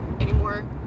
anymore